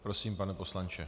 Prosím, pane poslanče.